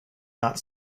not